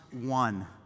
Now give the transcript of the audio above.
one